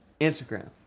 Instagram